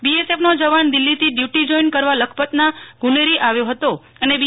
બીએસએફનો જવાન દિલ્હીથી duty join કરવા લખપતના ગુનેરી આવ્યો હતો અને બી